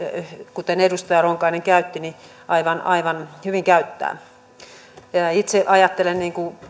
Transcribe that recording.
kuten edustaja ronkainen käytti aivan aivan hyvin käyttää itse ajattelen